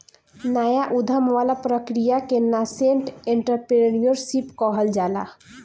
नाया उधम वाला प्रक्रिया के नासेंट एंटरप्रेन्योरशिप कहल जाला